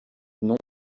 non